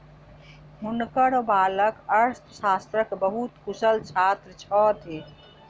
हुनकर बालक अर्थशास्त्रक बहुत कुशल छात्र छथि